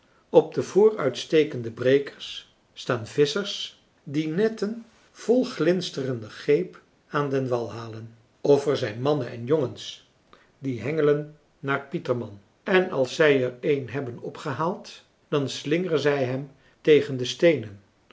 op de vooruitstekende brekers staan visschers die netten vol glinsterende geep aan den wal halen of er zijn mannen en jongens die hengelen naar pieterman en als zij er een hebben opgehaald dan slingeren zij hem tegen de steenen